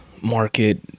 market